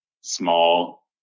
small